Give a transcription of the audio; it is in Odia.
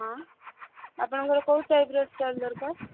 ହଁ ଆପଣଙ୍କର କେଉଁ ଟାଇପ୍ର ଷ୍ଟଲ୍ ଦରକାର